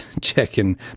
checking